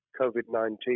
COVID-19